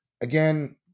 again